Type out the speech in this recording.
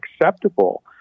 acceptable